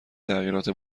تغییرات